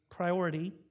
priority